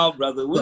brother